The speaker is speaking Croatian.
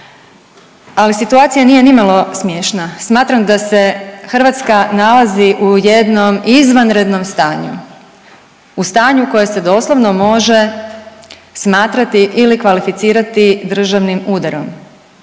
Ali, situacija nije nimalo smiješna. Smatram da se Hrvatska nalazi u jednom izvanrednom stanju. U stanju koje se doslovno može smatrati ili kvalificirati državnim udarom.